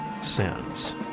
sins